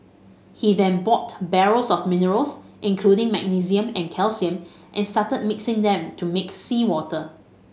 he then bought barrels of minerals including magnesium and calcium and started mixing them to make seawater